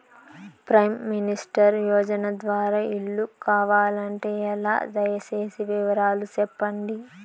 Prime minister యోజన ద్వారా ఇల్లు కావాలంటే ఎలా? దయ సేసి వివరాలు సెప్పండి?